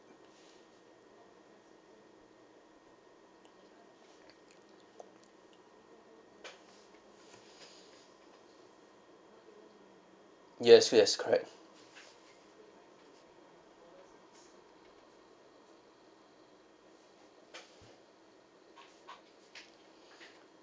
yes yes correct